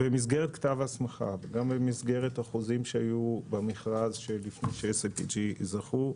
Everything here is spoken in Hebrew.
במסגרת כתב ההסמכה וגם במסגרת החוזים שהיו במכרז ש-SIPG זכו,